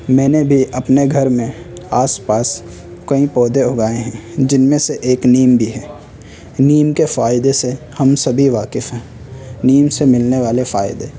میں نے بھی اپنے گھر میں آس پاس کئی پودے اگائے ہیں جن میں سے ایک نیم بھی ہے نیم کے فائدے سے ہم سبھی واقف ہیں نیم سے ملنے والے فائدے